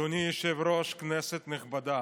אדוני היושב-ראש, כנסת נכבדה,